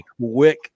quick